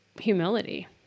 humility